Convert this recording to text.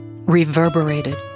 reverberated